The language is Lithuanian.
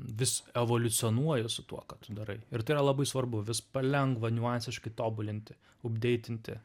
vis evoliucionuoji su tuo ką tu darai ir tai yra labai svarbu vis palengva niuansiškai tobulinti ubdeitinti